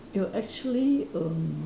you actually erm